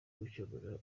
gukemura